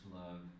love